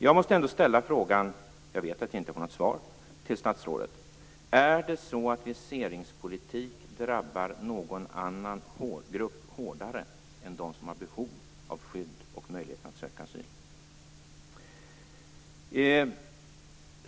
Jag måste ändå ställa frågan - jag vet att jag inte får något svar - till statsrådet: Är det så att viseringspolitik drabbar någon annan grupp av människor hårdare än dem som har behov av skydd och av möjligheten att söka asyl?